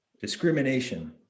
Discrimination